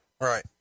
Right